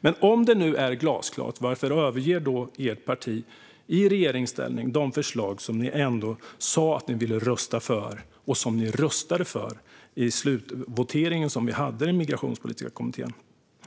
Men om det nu är glasklart, varför överger då ert parti i regeringsställning de förslag som ni ändå sa att ni ville rösta för och som ni röstade för i slutvoteringen i den migrationspolitiska kommittén?